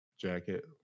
jacket